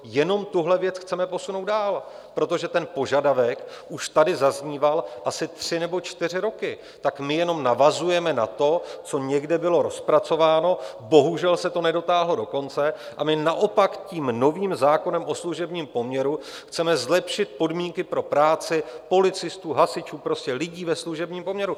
Jenom tuhle věc chceme posunout dál, protože ten požadavek už tady zazníval asi tři nebo čtyři roky, tak my jenom navazujeme na to, co někde bylo rozpracováno, bohužel se to nedotáhlo do konce a my naopak tím novým zákonem o služebním poměru chceme zlepšit podmínky pro práci policistů, hasičů, prostě lidí ve služebním poměru.